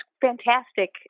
fantastic